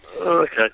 Okay